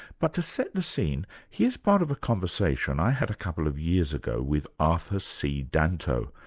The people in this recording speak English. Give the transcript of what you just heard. but to set the scene, here's part of a conversation i had a couple of years ago with arthur c. danto,